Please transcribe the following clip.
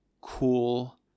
cool